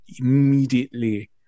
immediately